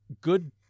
good